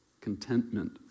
contentment